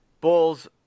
Bulls